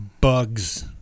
bugs